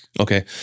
Okay